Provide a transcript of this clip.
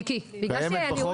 << יור >> פנינה תמנו (יו"ר הוועדה לקידום